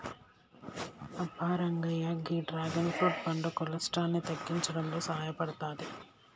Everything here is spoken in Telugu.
అబ్బ రంగయ్య గీ డ్రాగన్ ఫ్రూట్ పండు కొలెస్ట్రాల్ ని తగ్గించడంలో సాయపడతాది